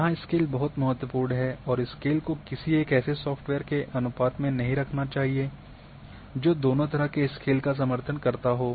यहाँ स्केल बहुत महत्वपूर्ण है और स्केल को किसी ऐसे सॉफ्टवेयर के अनुपात में नहीं रखना चाहिए जो दो तरह के स्केल का समर्थन करता हो